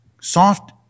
soft